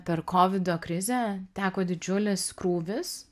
per kovido krizę teko didžiulis krūvis